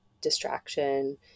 distraction